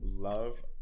Love